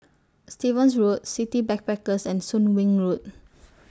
Stevens Road City Backpackers and Soon Wing Road